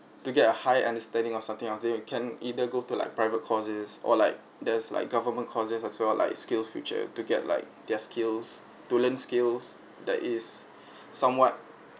to get a high understanding of something can either go to like private course or like there's like government course as well like skills feature to get like their skills to learn skills that is somewhat